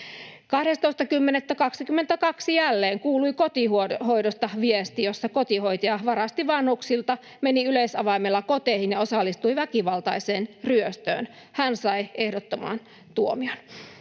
12.10.2022 jälleen kuului kotihoidosta viesti, jossa kotihoitaja varasti vanhuksilta, meni yleisavaimella koteihin ja osallistui väkivaltaiseen ryöstöön. Hän sai ehdottoman tuomion.